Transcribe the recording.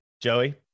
Joey